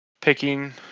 picking